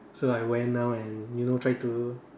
so I went down and you know try to